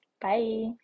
Bye